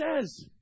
says